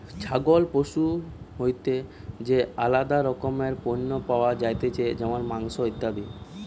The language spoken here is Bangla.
ছাগল পশু হইতে যে আলাদা রকমের পণ্য পাওয়া যাতিছে যেমন মাংস, ইত্যাদি